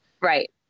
Right